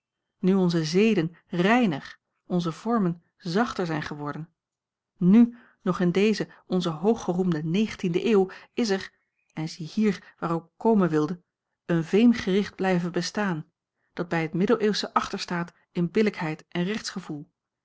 nu onze zeden reiner onze vormen zachter zijn geworden nu nog in deze onze hooggeroemde negentiende eeuw is er en ziehier waar ik op komen wilde een veemgericht blijven bestaan dat bij het middeleeuwsche achterstaat in billijkheid en